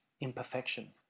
imperfection